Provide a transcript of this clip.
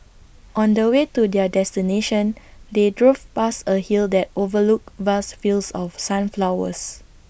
on the way to their destination they drove past A hill that overlooked vast fields of sunflowers